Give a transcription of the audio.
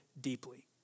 deeply